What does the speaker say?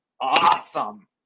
awesome